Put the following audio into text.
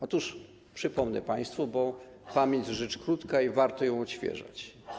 Otóż przypomnę państwu, bo pamięć to rzecz krótka i warto ją odświeżać.